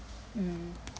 mm